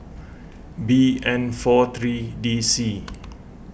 B N four three D C